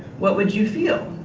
what would you feel?